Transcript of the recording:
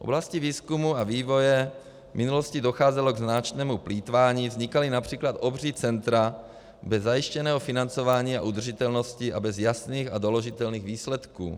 V oblasti výzkumu a vývoje v minulosti docházelo k značnému plýtvání, vznikala např. obří centra bez zajištěného financování a udržitelnosti a bez jasných a doložitelných výsledků.